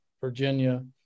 Virginia